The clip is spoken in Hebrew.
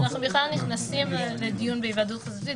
אנחנו נכנסים בכלל לדיון על היוועדות חזותית